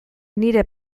nire